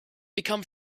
become